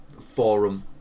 forum